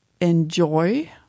enjoy